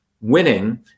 winning